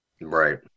right